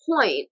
point